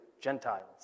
Gentiles